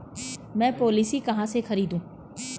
मैं पॉलिसी कहाँ से खरीदूं?